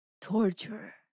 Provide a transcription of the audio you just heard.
Torture